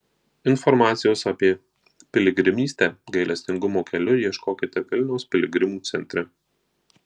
informacijos apie piligrimystę gailestingumo keliu ieškokite vilniaus piligrimų centre